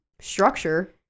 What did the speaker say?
structure